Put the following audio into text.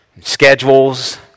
schedules